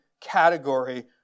category